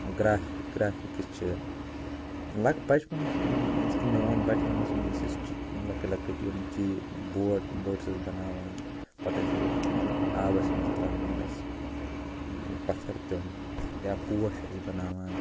گرٛافہٕ graphics چھِ لک بَچپَنَس منٛز یِتھٕ کٔنۍ مےٚ ووٚن بچپَنَس منٛز ٲسۍ أسۍ چہِ لۅکٕٹۍ لۅکٕٹۍ یِم چیٖز بوٹ بوٹٕس ٲسۍ بناوان پتہٕ ٲسۍ روٗ مطلب آبَس منٛز ترٛاوان أسۍ پھٕر تِم یا پوش ٲسۍ بناوان